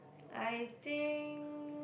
I think